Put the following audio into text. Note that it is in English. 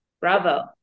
Bravo